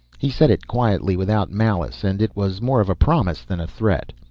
he said it quietly, without malice, and it was more of a promise than a threat.